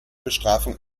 bestrafung